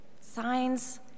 Signs